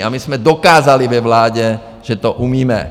A my jsme dokázali ve vládě, že to umíme.